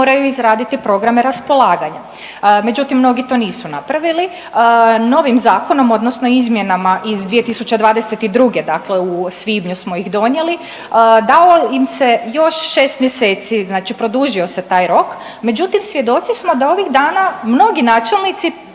moraju izraditi programe raspolaganja, međutim, mnogi to nisu napravili. Novim zakonom, odnosno izmjenama iz 2022., dakle u svibnju smo ih donijeli, dalo im se još 6 mjeseci, znači produžio se taj rok, međutim, svjedoci smo da ovih dana mnogi načelnici